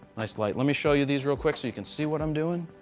nice light. let me show you these real quick, so you can see what i'm doing.